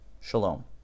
Shalom